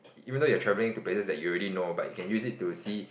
even though you are travelling to places that you already know but you can use it to see